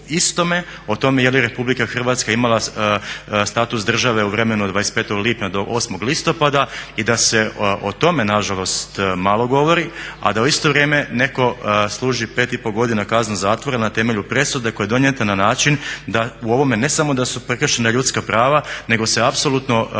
o tome jeli RH imala status države u vremenu od 25.lipnja do 8.listopada i da se o tome nažalost malo govori, a da u isto vrijeme netko služi 5,5 godina kaznu zatvora na temelju presude koja je donijeta na način da u ovome ne samo da su prekršena ljudska prava nego se apsolutno